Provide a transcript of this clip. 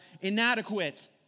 inadequate